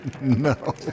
No